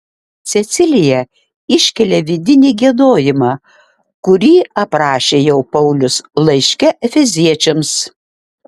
cecilija iškelia vidinį giedojimą kurį aprašė jau paulius laiške efeziečiams